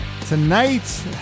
Tonight